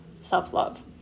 self-love